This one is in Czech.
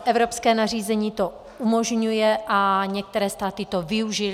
Evropské nařízení to umožňuje a některé státy to využily.